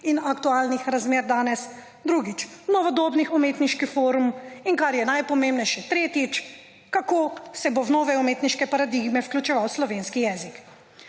in aktualnih razmer danes. Drugič. Novodobnih umetniških forum in kar je najpomembnejše, tretjič, kako se bo v nove umetniške paradigme vključeval slovenski jezik.